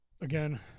Again